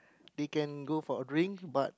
they can go for a drink but